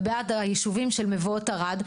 ובעד היישובים של מבואות ערד,